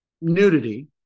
nudity